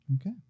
Okay